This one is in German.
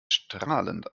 strahlend